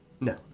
No